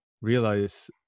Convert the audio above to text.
realize